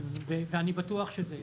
כן, ואני בטוח שזה יהיה.